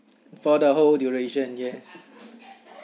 for the whole duration yes